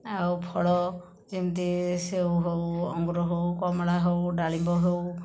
ଆଉ ଫଳ ଯେମିତି ସେଉ ହେଉ ଅଙ୍ଗୁର ହେଉ କମଳା ହେଉ ଡାଳିମ୍ବ ହେଉ